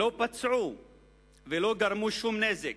לא פצעו ולא גרמו שום נזק